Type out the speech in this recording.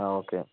ആ ഓക്കേ